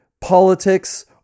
politics